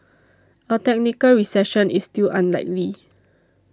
a technical recession is still unlikely